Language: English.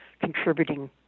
contributing